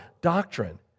doctrine